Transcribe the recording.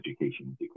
education